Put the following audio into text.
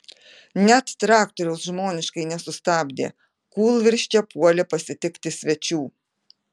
net traktoriaus žmoniškai nesustabdė kūlvirsčia puolė pasitikti svečių